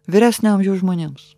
vyresnio amžiaus žmonėms